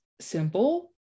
simple